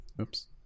Oops